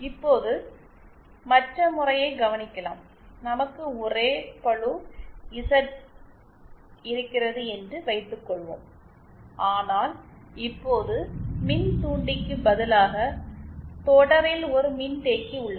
இப்போது மற்ற முறையை கவனிக்கலாம் நமக்கு ஒரே பளு இசட் Z இருக்கிறது என்று வைத்துக்கொள்வோம் ஆனால் இப்போது மின்தூண்டிக்கு பதிலாக தொடரில் ஒரு மின்தேக்கி உள்ளது